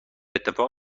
اتفاق